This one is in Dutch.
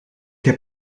heb